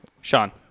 Sean